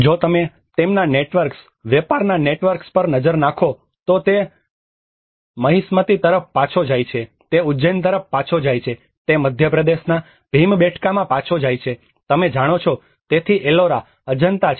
જો તમે તેમના નેટવર્ક્સ વેપારના નેટવર્ક્સ પર નજર નાખો તો તે મહિષ્મતી તરફ પાછો જાય છે તે ઉજ્જૈન તરફ પાછો જાય છે તે મધ્યપ્રદેશના ભીમબેટકામાં પાછો જાય છે તમે જાણો છો તેથી એલોરા અજંતા છે